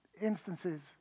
instances